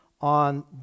on